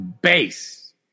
base